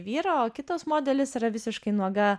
vyrą o kitos modelis yra visiškai nuoga